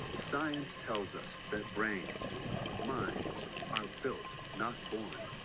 science tells us that brings mines are built not board.